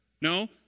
No